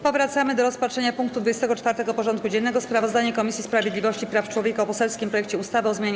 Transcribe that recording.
Powracamy do rozpatrzenia punktu 24. porządku dziennego: Sprawozdanie Komisji Sprawiedliwości i Praw Człowieka o poselskim projekcie ustawy o zmianie